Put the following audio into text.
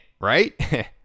right